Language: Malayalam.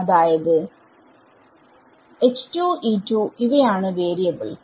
അതായത് ഇവയാണ് വാരിയബിൾസ്